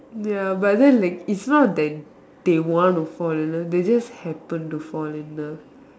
ya but then like is not like they want to fall in love they just happen to fall in love